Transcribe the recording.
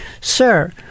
sir